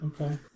Okay